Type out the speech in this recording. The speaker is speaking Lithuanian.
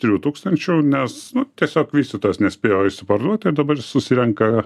trijų tūkstančių nes tiesiog vystytojas nespėjo išsiparduot ir dabar susirenka